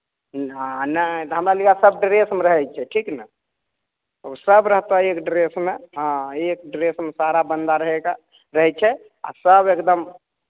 हूॅं हॅं नहि तऽ हमरा लग सब ड्रेसमे रहै छै ठीक ने ओ सब रहतऽ एक ड्रेसमे हॅं एक ड्रेसमे सारा बन्दा रहेगा रहै छै आ सब एकदम